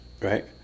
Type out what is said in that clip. right